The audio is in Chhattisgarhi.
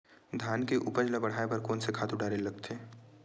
धान के उपज ल बढ़ाये बर कोन से खातु डारेल लगथे?